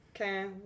Okay